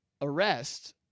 arrest